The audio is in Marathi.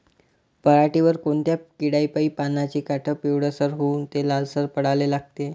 पऱ्हाटीवर कोनत्या किड्यापाई पानाचे काठं पिवळसर होऊन ते लालसर पडाले लागते?